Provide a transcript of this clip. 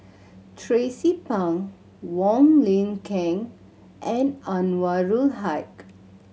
Tracie Pang Wong Lin Ken and Anwarul Haque